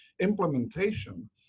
implementation